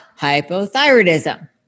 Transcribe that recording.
Hypothyroidism